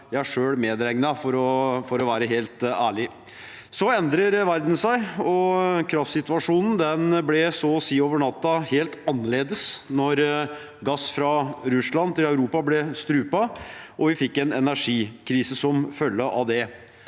jeg selv medregnet, for å være helt ærlig. Så endret verden seg, og kraftsituasjonen ble så å si over natten helt annerledes da gassleveransen fra Russland til Europa ble strupt, og vi fikk en energikrise som følge av det.